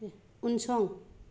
उनसं